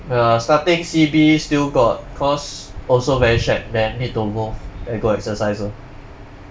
ya starting C_B still got cause also very shagged then need to move then go exercise lor